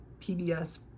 PBS